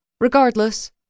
Regardless